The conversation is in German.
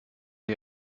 dir